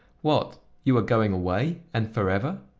what! you are going away? and forever?